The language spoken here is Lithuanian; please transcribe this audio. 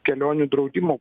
kelionių draudimo